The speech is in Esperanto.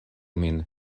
min